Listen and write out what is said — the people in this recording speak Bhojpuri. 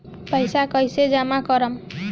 पैसा कईसे जामा करम?